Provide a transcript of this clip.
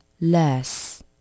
Less